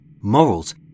morals